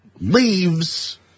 Leaves